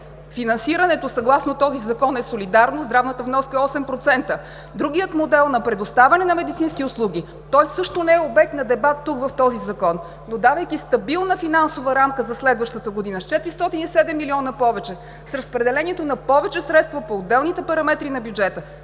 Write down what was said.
Финансирането съгласно този Закон е солидарно. Здравната вноска е 8%. Другият модел на предоставяне на медицински услуги също не е обект на дебат в този Закон, но давайки стабилна финансова рамка за следващата година с 407 милиона повече, с разпределението на повече средства по отделните параметри на бюджета,